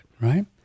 right